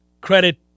Credit